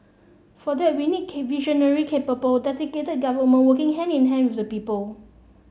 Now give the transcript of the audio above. for that we need visionary capable dedicated government working hand in hand with the people